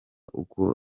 uko